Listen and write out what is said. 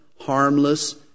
harmless